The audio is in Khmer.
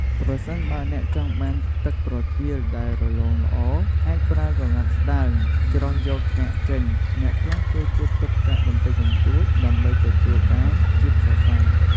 ប្រសិនបើអ្នកចង់បានទឹកប្រទាលដែលរលោងល្អ អាចប្រើក្រណាត់ស្តើង ច្រោះយកកាកចេញ អ្នកខ្លះចូលចិត្តទុកកាកបន្តិចបន្តួចដើម្បីទទួលបានជាតិសរសៃ។